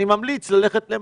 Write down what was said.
אני ממליץ ללכת למח"ש,